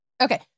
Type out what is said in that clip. Okay